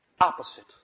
opposite